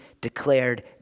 declared